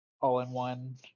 All-in-One